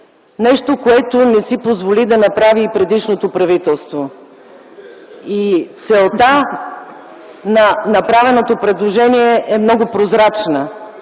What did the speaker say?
нещо, което не си позволи да направи и предишното правителство. Целта на направеното предложение е много прозрачна